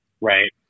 Right